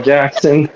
Jackson